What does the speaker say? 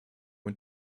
und